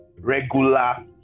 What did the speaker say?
regular